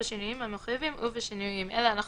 היא